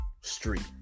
street